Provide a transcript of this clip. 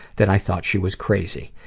that i thought she was crazy.